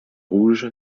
rouge